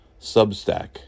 substack